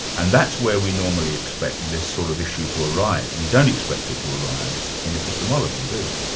and that's where we normally expect this sort of issue to arise. we don't expect it to arise in epistemology, do we?